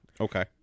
Okay